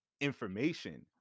information